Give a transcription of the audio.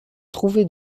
trouvé